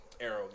arrow